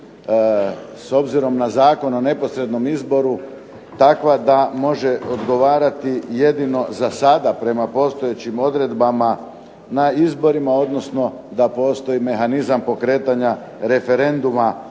s obzirom na Zakon o neposrednom izboru, takva da može odgovarati jedino za sada prema postojećim odredbama na izborima, odnosno da postoji mehanizam pokretanja referenduma